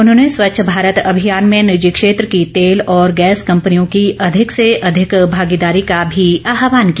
उन्होंने स्वच्छ भारत अभियान में निजी क्षेत्र की तेल और गैस कंपनियों की अधिक से अधिक भागीदारी का भी आह्वान किया